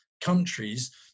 countries